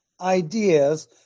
ideas